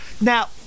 Now